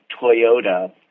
Toyota